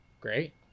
Great